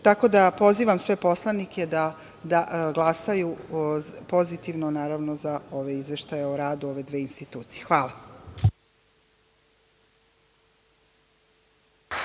da, pozivam sve poslanike da glasaju pozitivno, naravno, za ove izveštaje o radu ove dve institucije. Hvala.